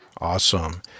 Awesome